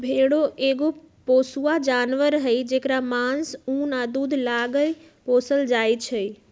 भेड़ा एगो पोसुआ जानवर हई जेकरा मास, उन आ दूध लागी पोसल जाइ छै